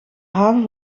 haven